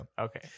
okay